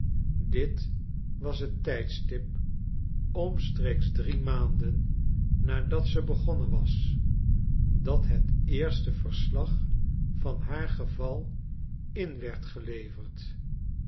dit was het tijdstip omstreeks drie maanden nadat ze begonnen was dat het eerste verslag van haar geval in werd geleverd